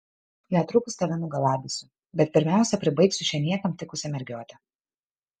netrukus tave nugalabysiu bet pirmiausia pribaigsiu šią niekam tikusią mergiotę